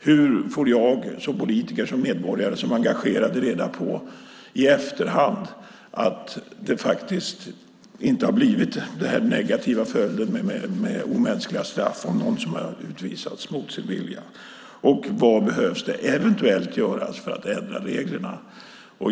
Hur kan jag som politiker, som medborgare, som engagerad få reda på i efterhand att det faktiskt inte har blivit den negativa följd med omänskliga straff av någon som har utvisats mot sin vilja? Och vad behöver eventuellt göras för att ändra reglerna?